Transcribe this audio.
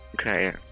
Okay